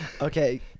Okay